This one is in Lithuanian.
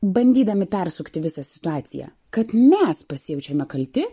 bandydami persukti visą situaciją kad mes pasijaučiame kalti